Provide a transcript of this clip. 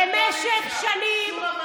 בלי זה לא הייתה לכם קואליציה.